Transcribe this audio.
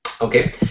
Okay